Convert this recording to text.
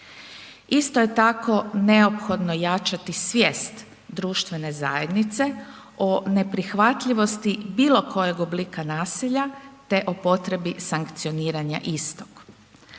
Isto je tako neophodno jačati svijest društvene zajednice o neprihvatljivosti bilokojeg oblika nasilja te o potrebi sankcioniranja istog.